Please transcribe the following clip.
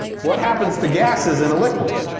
what happens to gases in a liquid?